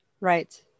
Right